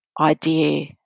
idea